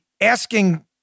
asking